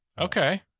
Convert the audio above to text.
Okay